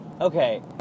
Okay